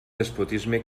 despotisme